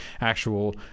actual